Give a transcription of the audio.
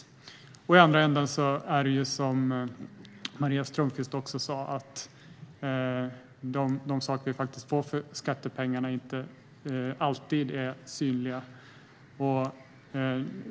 Som Maria Strömkvist sa är inte alltid det som vi får för skattepengarna synligt.